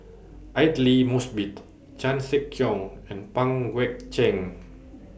Aidli Mosbit Chan Sek Keong and Pang Guek Cheng